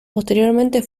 posteriormente